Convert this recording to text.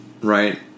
right